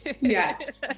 Yes